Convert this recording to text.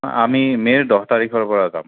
আমি মে'ৰ দহ তাৰিখৰ পৰা যাম